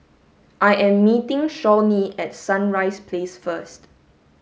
I am meeting Shawnee at Sunrise Place first